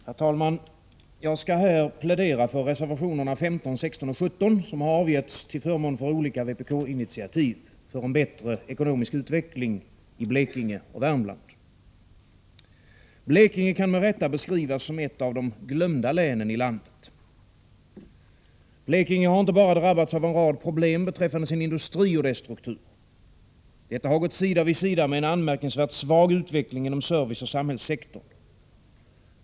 Herr talman! Jag skall här plädera för reservationerna 15, 16 och 17, som har avgetts till förmån för olika vpk-initiativ för en bättre ekonomisk utveckling i Blekinge och Värmland. Blekinge kan med rätta beskrivas som ett av de glömda länen i landet. Blekinge har inte bara drabbats av en rad problem beträffande sin industri och dess struktur. Detta har skett sida vid sida med en anmärkningsvärt svag utveckling inom serviceoch samhällssektorn.